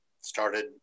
started